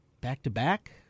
Back-to-back